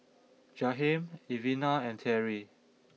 Jahiem Elvina and Terri